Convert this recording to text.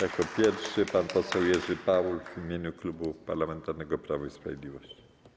Jako pierwszy pan poseł Jerzy Paul w imieniu Klubu Parlamentarnego Prawo i Sprawiedliwość.